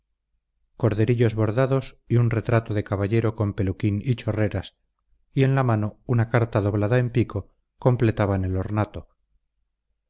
peleándose corderillos bordados y un retrato de caballero con peluquín y chorreras y en la mano una carta doblada en pico completaban el ornato